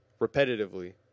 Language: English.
repetitively